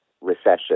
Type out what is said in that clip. recession